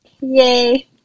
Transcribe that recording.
Yay